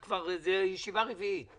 זו כבר הישיבה הרביעית